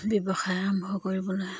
ব্যৱসায় আৰম্ভ কৰিবলৈ